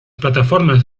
plataformas